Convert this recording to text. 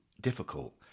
difficult